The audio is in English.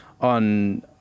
on